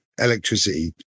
electricity